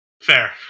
Fair